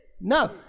No